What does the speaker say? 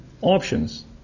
options